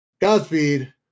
Godspeed